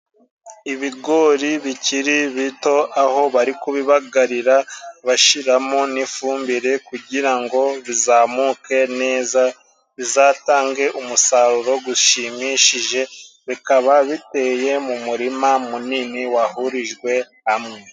Ibigori bikiri bito aho bari kubibagarira bashiramo n'ifumbire kugira ngo bizamuke neza, bizatange umusaruro gushimishije, bikaba biteye mu murima munini wahurijwe hamwe.